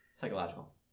Psychological